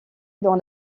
dans